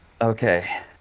Okay